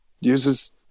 uses